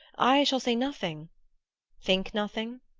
i shall say nothing think nothing?